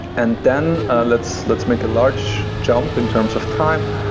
and then let's let's make a large jump in terms of time.